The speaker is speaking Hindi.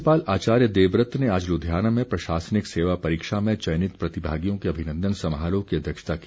राज्यपाल आचार्य देवव्रत ने आज लुधियाना में प्रशासनिक सेवा परीक्षा में चयनित प्रतिभागियों के अभिनन्दन समारोह की अध्यक्षता की